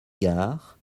gare